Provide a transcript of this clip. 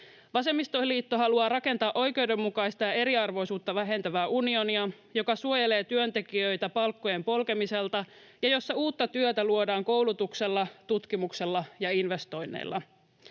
Vasemmistoliitto haluaa rakentaa oikeudenmukaista ja eriarvoisuutta vähentävää unionia, joka suojelee työntekijöitä palkkojen polkemiselta ja jossa uutta työtä luodaan koulutuksella, tutkimuksella ja investoinneilla.